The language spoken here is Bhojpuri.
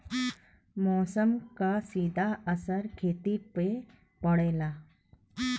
मौसम क सीधा असर खेती पे पड़ेला